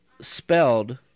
spelled